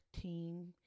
team